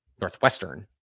Northwestern